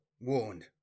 warned